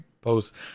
post